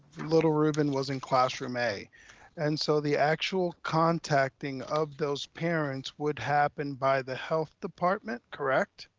little ruben was in classroom a and so the actual contacting of those parents would happen by the health department, correct?